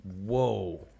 whoa